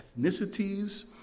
ethnicities